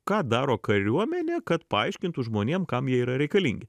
ką daro kariuomenė kad paaiškintų žmonėm kam jie yra reikalingi